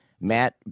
Matt